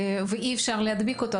ואי אפשר להדביק אותו,